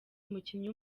umukinnyi